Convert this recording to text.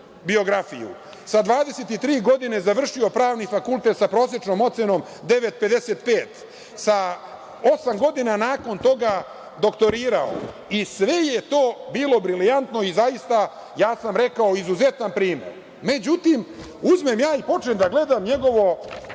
biografiju. Sa 23 godine završio je Pravni fakultet sa prosečnom ocenom 9,55. Osam godina nakon toga doktorirao je i sve je to bilo briljantno i zaista ja sam rekao – izuzetan primer. Međutim, uzmem ja i počnem da gledam njegovo